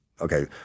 Okay